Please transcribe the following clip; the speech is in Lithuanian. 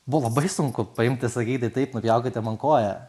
buvo labai sunku paimt ir sakyti taip nupjaukite man koją